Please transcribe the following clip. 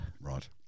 Right